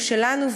והוא שלנו,